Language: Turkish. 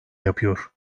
yapıyor